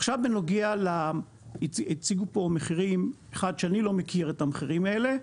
עכשיו בנוגע להציגו פה מחירים שאחד אני לא מכיר את המחירים האלה,